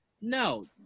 No